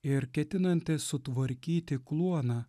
ir ketinantį sutvarkyti kluoną